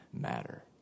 matter